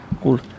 Cool